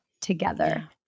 together